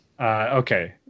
Okay